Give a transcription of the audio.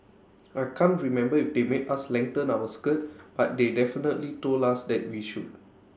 I can't remember if they made us lengthen our skirt but they definitely told us that we should